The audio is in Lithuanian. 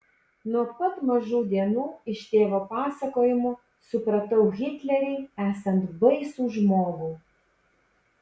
nuo pat mažų dienų iš tėvo pasakojimų supratau hitlerį esant baisų žmogų